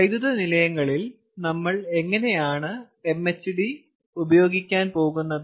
വൈദ്യുത നിലയങ്ങളിൽ നമ്മൾ എങ്ങനെയാണ് MHD ഉപയോഗിക്കാൻ പോകുന്നത്